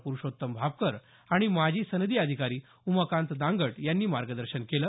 पुरूषोत्तम भापकर आणि माजी सनदी अधिकारी उमाकांत दांगट यांनी मार्गदर्शन केलं